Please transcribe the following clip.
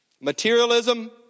materialism